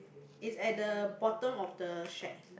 is at the bottom of the shack